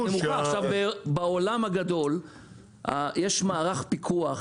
בעולם הגדול יש מערך פיקוח